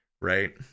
Right